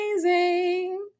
amazing